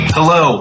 Hello